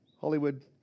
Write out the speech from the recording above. Hollywood